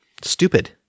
Stupid